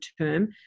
term